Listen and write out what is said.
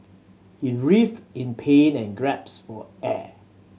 he writhed in pain and gasped for air